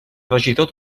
regidor